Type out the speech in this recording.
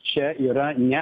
čia yra ne